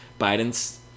biden's